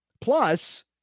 Plus